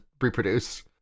reproduce